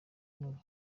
mubi